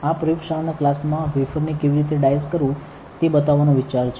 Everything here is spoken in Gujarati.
આ પ્રયોગશાળાના ક્લાસ માં વેફર ને કેવી રીતે ડાઇસ કરવું તે બતાવવાનો વિચાર છ